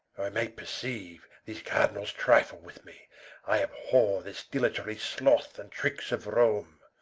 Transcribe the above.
i may perceiue these cardinals trifle with me i abhorre this dilatory sloth, and trickes of rome.